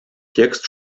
текст